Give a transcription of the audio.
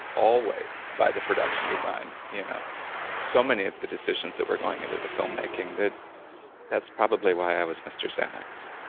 always, by the production design. you know so many of the decisions that were going into the filmmaking, that's probably why i was mr. xanax.